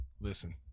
Listen